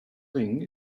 thing